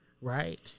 right